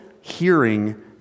hearing